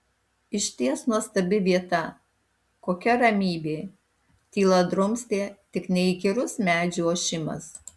išties nuostabi vieta kokia ramybė tylą drumstė tik neįkyrus medžių ošimas